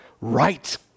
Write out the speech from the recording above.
right